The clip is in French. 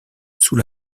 sous